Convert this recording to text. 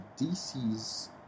DC's